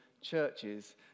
churches